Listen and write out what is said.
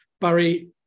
Barry